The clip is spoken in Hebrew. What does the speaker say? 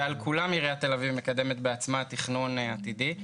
ועל כולם עיריית תל אביב מקדמת בעצמה תכנון עתידי.